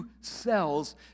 cells